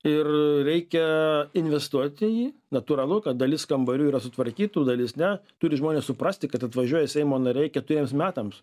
ir reikia investuot į jį natūralu kad dalis kambarių yra sutvarkytų dalis ne turi žmonės suprasti kad atvažiuoja seimo nariai keturiems metams